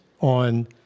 on